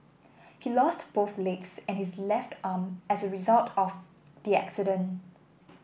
he lost both legs and his left arm as a result of the accident